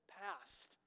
past